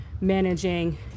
managing